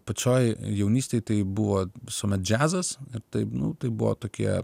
pačioj jaunystėj tai buvo visuomet džiazas taip nu tai buvo tokie